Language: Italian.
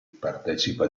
partecipa